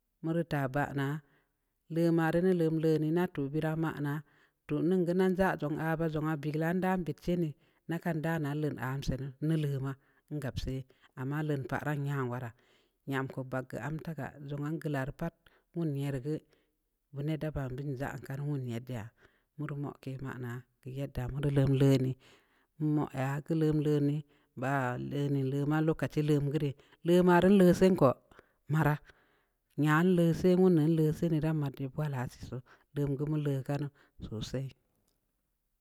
Muru ta ba'a na le mare lem lene na tu bera ma naa toh nən geu nen ndzan a ba ndzun aba begue lam da bək ndzinii na kan daa na len ana sii ne nə leh ma gap sa'ay ama lam pa'a ran nya wara nyam ku bagg am tagga ndzo an gə la re pat ye re gud wa ne da ba ndza ka wune dəa wuruno ke ma na kyadda wuru lu lundə mbaa le ma lokaci len gea re le naru bu suunku mara nya le siin ku mu nu le siin dan madə bwala sii suu nguma leka nu sosai.